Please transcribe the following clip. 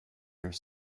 are